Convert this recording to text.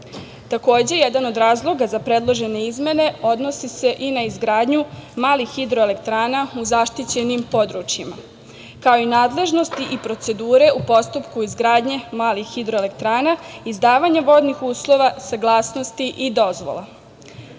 Takođe, jedan od razloga za predložene izmene, odnose se i na izgradnju malih hidroelektrana u zaštićenim područjima, kao i nadležnosti i procedure u postupku izgradnje malih hidro elektrana, izdavanja vodnih uslova, saglasnosti i dozvola.U